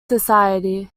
society